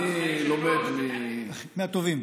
אני לומד מהטובים.